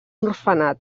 orfenat